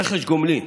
רכש הגומלין,